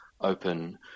open